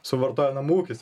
suvartoja namų ūkis